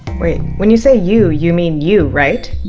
wait, when you say you, you mean you, right?